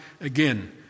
again